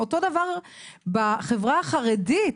אותו דבר בחברה החרדית,